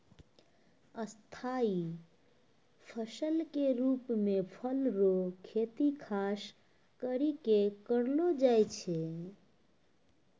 स्थाई फसल के रुप मे फल रो खेती खास करि कै करलो जाय छै